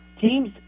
Teams